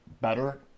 better